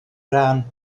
ran